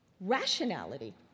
rationality